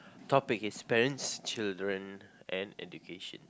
topic is parents children and education